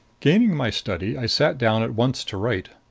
gaining my study, i sat down at once to write.